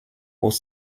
aux